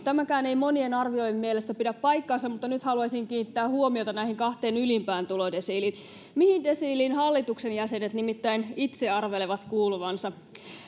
tämäkään ei monien arvioijien mielestä pidä paikkaansa mutta nyt haluaisin kiinnittää huomiota näihin kahteen ylimpään tulodesiiliin mihin desiiliin hallituksen jäsenet nimittäin itse arvelevat kuuluvansa